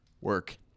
Work